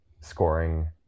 scoring